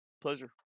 Pleasure